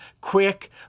quick